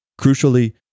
Crucially